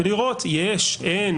לראות יש אין,